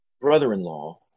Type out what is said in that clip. brother-in-law